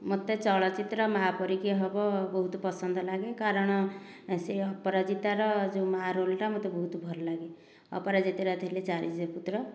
ମୋତେ ଚଳଚିତ୍ର ମା' ପରି କିଏ ହେବ ବହୁତ ପସନ୍ଦ ଲାଗେ କାରଣ ସିଏ ଅପରାଜିତାର ଯେଉଁ ମା' ରୋଲ୍ଟା ମୋତେ ବହୁତ ଭଲ ଲାଗେ ଅପରାଜିତାର ଥିଲେ ଚାରୋଟି ପୁତ୍ର